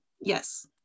Yes